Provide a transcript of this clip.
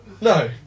No